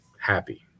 happy